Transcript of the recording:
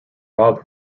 rob